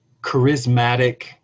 charismatic